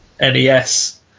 NES